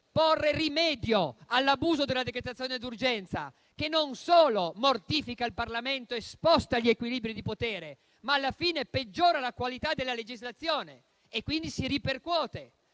porre rimedio all'abuso della decretazione d'urgenza, che non solo mortifica il Parlamento e sposta gli equilibri di potere, ma alla fine peggiora anche la qualità della legislazione, quindi si ripercuote